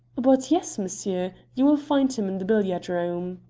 but yes, monsieur. you will find him in the billiard-room.